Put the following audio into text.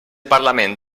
parlament